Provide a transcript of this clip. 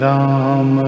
Ram